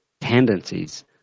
tendencies